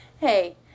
Hey